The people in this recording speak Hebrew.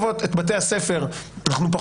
בבתי הספר אנחנו מאפשרים,